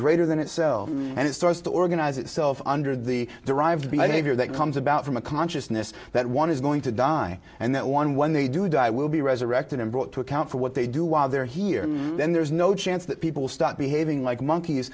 greater than itself and it starts to organize itself under the derived behavior that comes about from a consciousness that one is going to die and that one when they do die will be resurrected and brought to account for what they do while they're here then there's no chance that people start behaving like monkeys